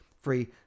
free